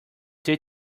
they